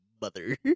mother